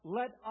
let